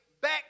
back